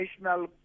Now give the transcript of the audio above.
National